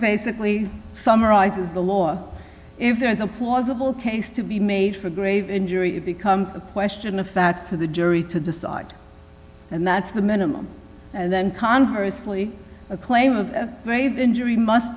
basically summarizes the law if there is a plausible case to be made for grave injury it becomes a question of fact for the jury to decide and that's the minimum and then conversely a claim of injury must